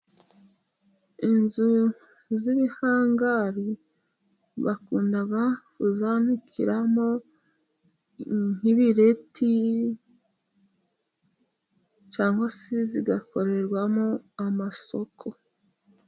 Inzu z'ibihangari bakunda kuzanikiramo nk'ibireti cyangwa se zigakorerwamo amasoko.